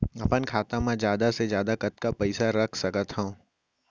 अपन खाता मा जादा से जादा कतका पइसा रख सकत हव?